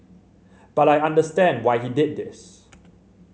but I understand why he did this